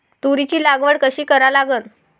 तुरीची लागवड कशी करा लागन?